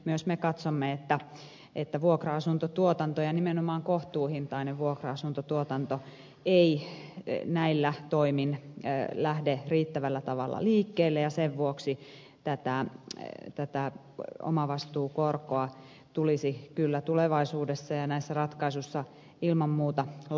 myös me katsomme että vuokra asuntotuotanto ja nimenomaan kohtuuhintainen vuokra asuntotuotanto ei näillä toimin lähde riittävällä tavalla liikkeelle ja sen vuoksi tätä omavastuukorkoa tulisi kyllä tulevaisuudessa ja näissä ratkaisuissa ilman muuta laskea